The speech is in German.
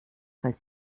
falls